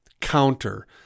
counter